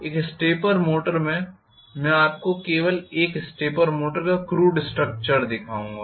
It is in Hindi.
एक स्टेपर मोटर में मैं आपको केवल एक स्टेपर मोटर का क्रूड स्ट्रक्चर दिखाऊंगा